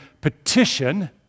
petition